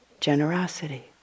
generosity